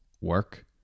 work